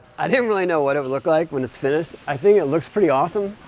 i didn't really know what it looked like when it's finished. i think it looks pretty awesome.